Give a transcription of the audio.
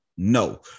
No